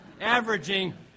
averaging